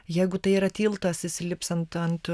jeigu tai yra tiltas jisai lips ant ant